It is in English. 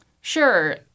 Sure